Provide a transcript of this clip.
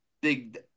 big